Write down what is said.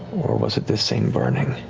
or was it this same burning?